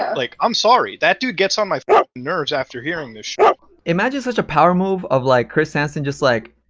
like, i'm sorry, that dude gets on my f-cking nerves after hearing this sh-t. imagine such a power move of, like, chris hansen just, like,